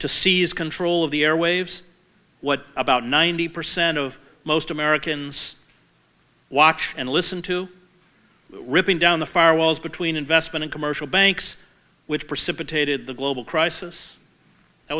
to seize control of the airwaves what about ninety percent of most americans watch and listen to ripping down the far walls between investment in commercial banks which precipitated the global crisis